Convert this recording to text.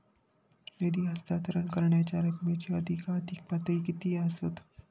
निधी हस्तांतरण करण्यांच्या रकमेची अधिकाधिक पातळी किती असात?